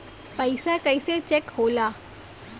पैसा कइसे चेक होला?